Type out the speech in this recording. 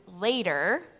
later